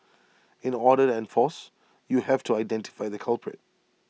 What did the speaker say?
in order to enforce you have to identify the culprit